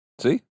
See